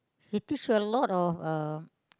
he teach a lot of uh